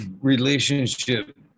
relationship